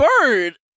bird